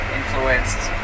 influenced